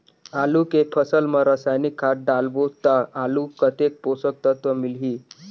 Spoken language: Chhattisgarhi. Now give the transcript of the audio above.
आलू के फसल मा रसायनिक खाद डालबो ता आलू कतेक पोषक तत्व मिलही?